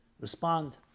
respond